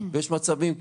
ויש מצבים,